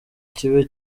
kibe